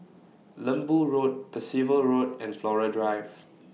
Lembu Road Percival Road and Flora Drive